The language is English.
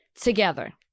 Together